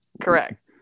Correct